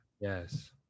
Yes